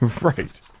Right